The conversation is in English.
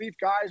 guys